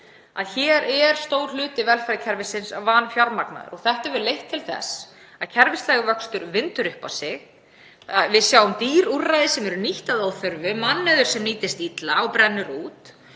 að hér er stór hluti velferðarkerfisins vanfjármagnaður. Þetta hefur leitt til þess að kerfislægur vöxtur vindur upp á sig. Dýr úrræði eru nýtt að óþörfu, mannauður nýtist illa og brennur út